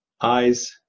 Eyes